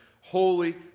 holy